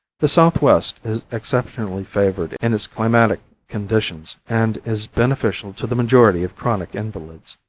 the southwest is exceptionally favored in its climatic conditions, and is beneficial to the majority of chronic invalids.